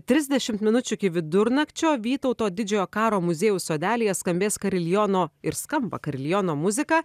trisdešimt minučių iki vidurnakčio vytauto didžiojo karo muziejaus sodelyje skambės kariliono ir skamba kariliono muzika